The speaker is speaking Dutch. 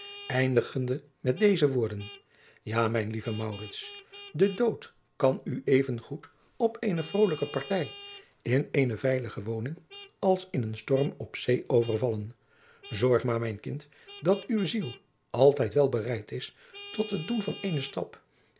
eindigende met deze woorden ja mijn lieve maurits de dood kan u even goed op eene vrolijke partij in eene veilige woning als in een storm op zee overvallen zorg maar mijn kind dat uwe ziel altijd wel bereid is tot het doen van eenen slap